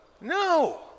No